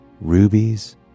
rubies